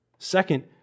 Second